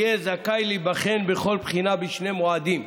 יהיה זכאי להיבחן בכל בחינה בשני מועדים,